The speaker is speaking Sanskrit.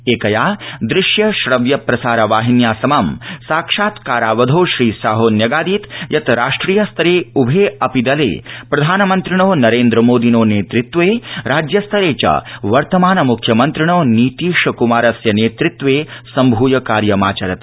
एकया दृश्य श्रव्य प्रचार वाहिन्या समं साक्षात्कारावधौ श्रीशाहो न्यगादीत् यत् राष्ट्रियस्तरे उभे अपि दले प्रधानमन्त्रिणो नरेन्द्र मोदिनो नेतृत्वे राज्यस्तरे च वर्तमान मुख्यमन्त्रिणो नीतीश कुमारस्य नेतृत्वे सम्भ्य कार्यमाचरत